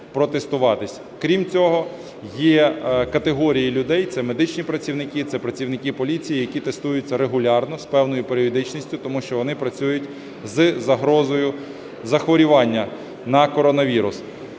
Крім цього, є категорії людей, це медичні працівники, це працівники поліції, які тестуються регулярно з певною періодичністю, тому що вони працюють з загрозою захворювання на коронавірус.